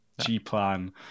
g-plan